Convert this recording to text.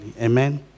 Amen